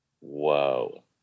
Whoa